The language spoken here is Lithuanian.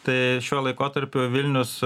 tai šiuo laikotarpiu vilnius